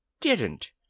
didn't